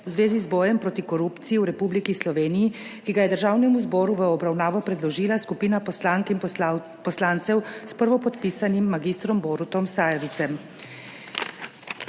v zvezi z bojem proti korupciji v Republiki Sloveniji, ki ga je Državnemu zboru v obravnavo predložila skupina poslank in poslancev s prvopodpisanim mag. Borutom Sajovicem.